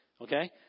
Okay